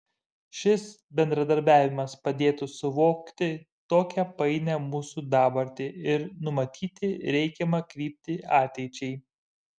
šis bendradarbiavimas padėtų suvokti tokią painią mūsų dabartį ir numatyti reikiamą kryptį ateičiai